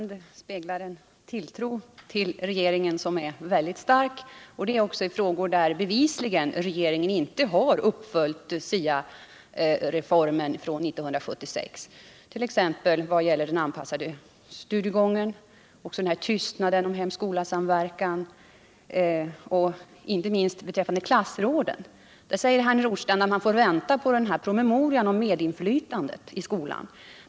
Herr talman! Herr Nordstrandhs anförande speglar en mycket stark tilltro till regeringen. också i frågor där regeringen bevisligen inte har följt upp STA reformen från 1976. Detta gällert.ex. den anpassade studiegången, tystnaden om hem-skolasamverkan och inte minst klassråden. Herr Nordstrandh säger att man får vänta på promemorian om medinflytandet i skolan.